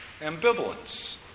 ambivalence